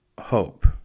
hope